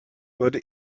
wurde